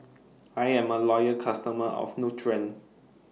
I'm A Loyal customer of Nutren